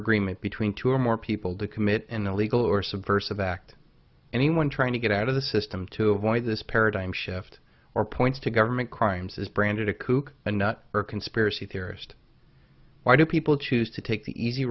agreement between two or more people to commit an illegal or subversive act anyone trying to get out of the system to avoid this paradigm shift or points to government crimes is branded a kook a nut or conspiracy theorist why do people choose to take the easy